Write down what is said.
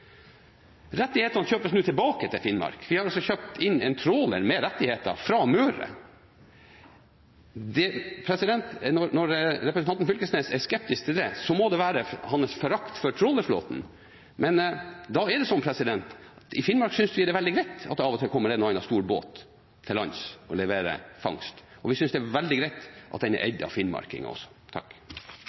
Rettighetene kjøpes nå tilbake til Finnmark. Vi har altså kjøpt en tråler med rettigheter fra Møre. Når representanten Knag Fylkesnes er skeptisk til det, må det være hans forakt for trålerflåten, men da er det sånn at i Finnmark synes vi det er veldig greit at det av og til kommer en og annen stor båt til lands og leverer fangst, og vi synes det er veldig greit at den også er eid av